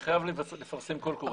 אני חייב לפרסם קול קורא.